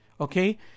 okay